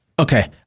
Okay